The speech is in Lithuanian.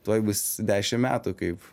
tuoj bus dešim metų kaip